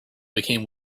became